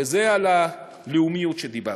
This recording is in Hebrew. וזה על הלאומיות שדיברת.